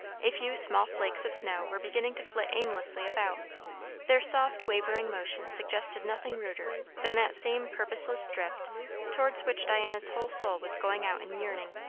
a few small flakes of snow were beginning to flit aimlessly about their soft, wavering motion suggested nothing ruder than that same purposeless drift towards which diana's whole soul was going out in yearning.